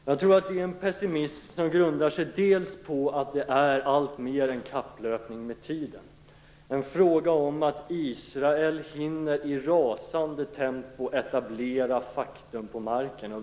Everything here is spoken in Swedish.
Jag tror att denna pessimism grundar sig dels på att det är alltmer en kapplöpning med tiden, en fråga om att Israel håller på att i rasande tempo etablera faktum på marken.